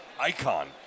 icon